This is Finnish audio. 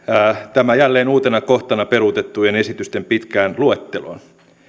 tämä jälleen uutena kohtana peruutettujen esitysten pitkään luetteloon